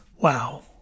wow